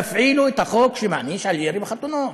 תפעילו את החוק שמעניש על ירי בחתונות,